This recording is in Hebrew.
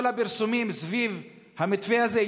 כל הפרסומים סביב המתווה הזה,